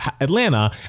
Atlanta